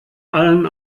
allen